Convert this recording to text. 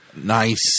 Nice